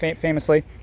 famously